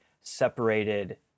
separated